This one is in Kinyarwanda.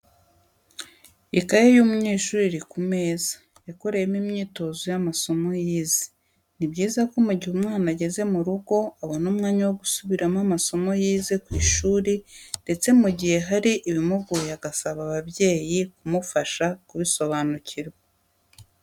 Ikaye y'umunyeshuri iri ku meza, yakoreyemo imyitozo y'amasomo yize, ni byiza ko mu gihe umwana ageze mu rugo, abona umwanya wo gusubiramo amasomo yize ku ishuri ndetse mu gihe hari ibimugoye agasaba ababyeyi kumufasha kubisobanukirwa.